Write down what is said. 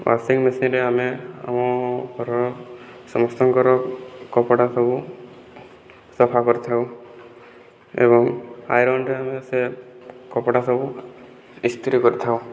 washing machine ଆମେ ଆମ ଘରର ସମସ୍ତଙ୍କର କପଡ଼ା ସବୁ ସଫା କରିଥାଉ ଏବଂ ଆଇରନ୍ରେ ଆମେ ସେ କପଡ଼ା ସବୁ ଇସ୍ତ୍ରୀ କରିଥାଉ